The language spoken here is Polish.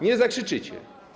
Nie zakrzyczycie.